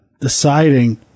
deciding